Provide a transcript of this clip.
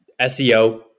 SEO